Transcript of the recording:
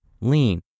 lean